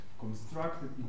Constructed